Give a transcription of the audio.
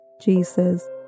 Jesus